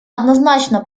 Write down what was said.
однозначно